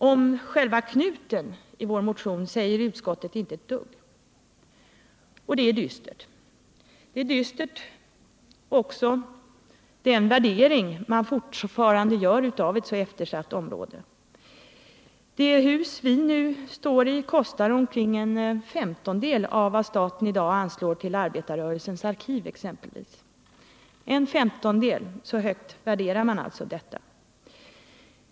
Om själva knuten i motionen säger utskottet inte ett dugg, och det är dystert. Dyster är också den värdering man fortfarande gör av ett så eftersatt område som detta. Anslagen till arbetarrörelsens arkiv är en bråkdel av vad som anslås exempelvis till det s.k. nygamla riksdagshuset.